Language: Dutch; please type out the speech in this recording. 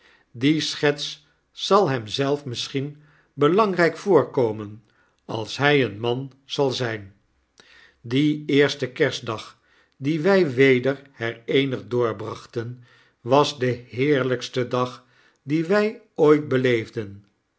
die schets zal hem zelf misschien belangrijk voorkomen als hij een man zal zijn die eerste kerstdag die wij weder hereenigd doorbrachten was de heerlijkste dag dien wij ooit beleefden